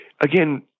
Again